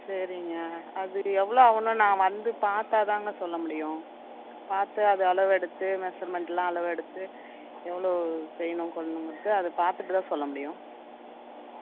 சரிங்க அது எவ்வளோ ஆகுன்னு நான் வந்து பார்த்தா தானுங்க சொல்ல முடியும் பார்த்து அது அளவு எடுத்து மெசர்மெண்டெலாம் அளவு எடுத்து எவ்வளோ செய்யணும் கொள்ளணுங்கிறது அதை பார்த்துட்டு தான் சொல்ல முடியும்